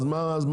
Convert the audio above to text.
אז מה הבעיה?